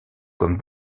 comme